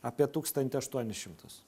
apie tūkstantį aštuonis šimtus